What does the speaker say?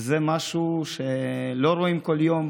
וזה משהו שלא רואים כל יום,